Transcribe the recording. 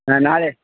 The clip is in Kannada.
ಹಾಂ ನಾಳೆ